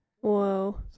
Whoa